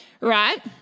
right